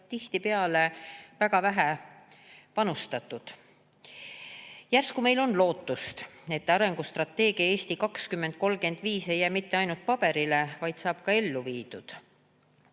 tihtipeale väga vähe panustatud. Järsku meil on lootust, et arengustrateegia "Eesti 2035" ei jää mitte ainult paberile, vaid saab ka ellu viidud.